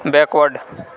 backward